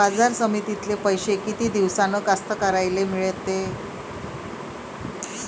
बाजार समितीतले पैशे किती दिवसानं कास्तकाराइले मिळते?